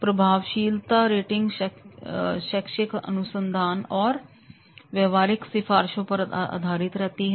प्रभावशीलता रेटिंग शैक्षिक अनुसंधान और व्यावसायिक सिफारिशों पर आधारित होता है